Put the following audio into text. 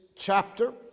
chapter